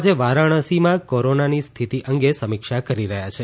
આજે વારાણસીમાં કોરોના સ્થિતિની સમીક્ષા કરી રહ્યા છે